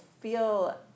feel